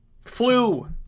flu